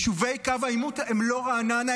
יישובי קו העימות הם לא רעננה,